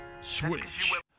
Switch